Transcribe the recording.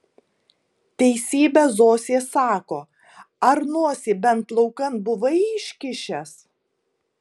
teisybę zosė sako ar nosį bent laukan buvai iškišęs